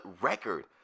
record